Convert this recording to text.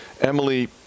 Emily